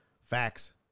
facts